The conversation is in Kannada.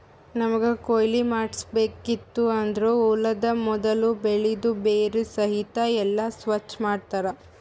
ನಮ್ಮಗ್ ಕೊಯ್ಲಿ ಮಾಡ್ಸಬೇಕಿತ್ತು ಅಂದುರ್ ಹೊಲದು ಮೊದುಲ್ ಬೆಳಿದು ಬೇರ ಸಹಿತ್ ಎಲ್ಲಾ ಸ್ವಚ್ ಮಾಡ್ತರ್